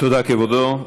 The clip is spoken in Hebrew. תודה, כבודו.